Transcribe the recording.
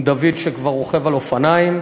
עם דוד שכבר רוכב על אופניים,